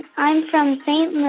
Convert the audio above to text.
i'm from st. louis.